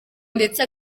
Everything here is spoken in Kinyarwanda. ndetse